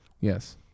Yes